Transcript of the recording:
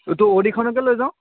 ত' অ'ডিখনকে লৈ যাওঁ